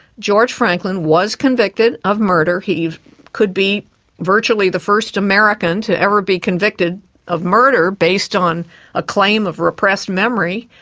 george franklin was convicted of murder. he could be virtually the first american to ever be convicted of murder based on a claim of repressed memory.